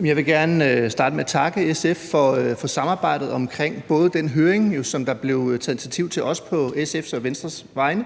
(V): Jeg vil gerne starte med at takke SF for samarbejdet om den høring, som der blev taget initiativ til af Venstre og